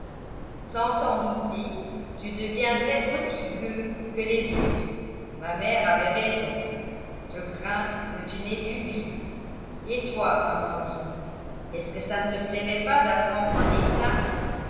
sans t'en douter tu deviendrais aussi gueux que les autres ma mère avait raison je crains que tu n'aies du vice et toi amandine est-ce que ça ne te plairait pas d'apprendre un état